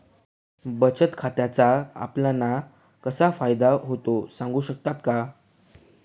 बचत खात्याचा आपणाला कसा फायदा होतो? सांगू शकता का?